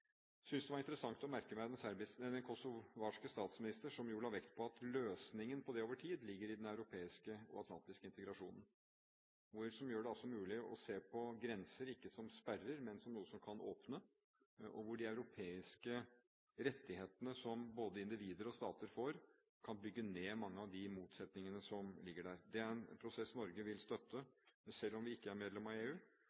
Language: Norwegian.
det var interessant å merke meg at den kosoviske statsminister la vekt på at løsningen på det over tid ligger i den europeiske og atlantiske integrasjonen. Det gjør det altså mulig å se på grenser, ikke som sperrer, men som noe som kan åpne, hvor de europeiske rettighetene som både individer og stater får, kan bygge ned mange av de motsetningene som ligger der. Det er en prosess Norge vil støtte,